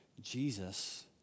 Jesus